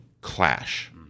clash